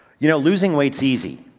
you know losing weight's easy.